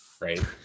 right